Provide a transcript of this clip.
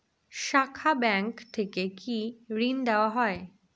শাখা ব্যাংক থেকে কি ঋণ দেওয়া হয়?